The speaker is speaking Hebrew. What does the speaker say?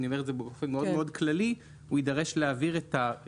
אני אומר את זה באופן מאוד מאוד כללי הוא יידרש להעביר את המוצרים,